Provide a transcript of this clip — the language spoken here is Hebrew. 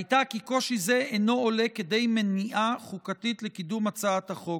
הייתה כי קושי זה אינו עולה כדי מניעה חוקתית לקידום הצעת החוק.